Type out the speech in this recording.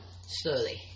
Slowly